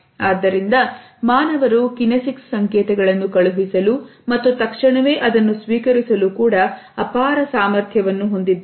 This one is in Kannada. ಆದ್ದರಿಂದ ಮಾನವರು ಕೆನ್ನೆಸ್ಎಕ್ಸ್ ಸಂಕೇತಗಳನ್ನು ಕಳುಹಿಸಲು ಮತ್ತು ತಕ್ಷಣವೇ ಅದನ್ನು ಸ್ವೀಕರಿಸಲು ಕೂಡ ಅಪಾರ ಸಾಮರ್ಥ್ಯವನ್ನು ಹೊಂದಿದ್ದಾರೆ